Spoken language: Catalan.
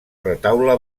retaule